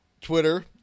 twitter